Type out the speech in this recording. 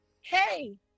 Hey